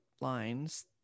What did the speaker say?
lines